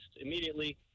immediately